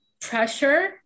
pressure